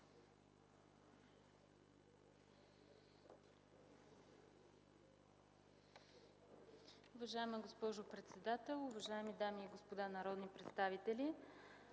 Уважаема госпожо председател, уважаеми дами и господа народни представители!